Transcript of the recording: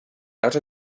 out